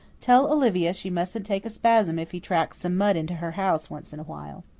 tell olivia she mustn't take a spasm if he tracks some mud into her house once in a while.